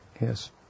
yes